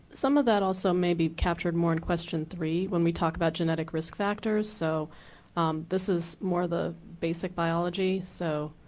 some of that also may be captured more in question three when we talk about genetic risk factors. so this is more of the basic biology. so